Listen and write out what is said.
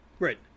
Right